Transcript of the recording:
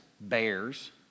Bears